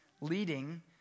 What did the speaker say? leading